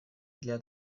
для